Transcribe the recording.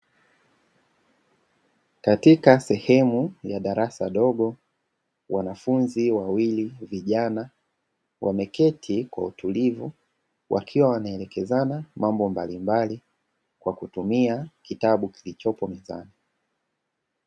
Katika sehemu ya darasa dogo wanafunzi wawili vijana wameketi kwa utulivu wakiwa wanaelekezana mambo mbalimbali Kwa kutumia kitabu kilichopo mezani.